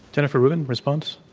jennifer rubin. response.